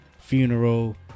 funeral